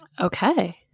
Okay